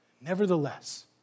Nevertheless